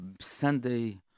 Sunday